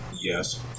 yes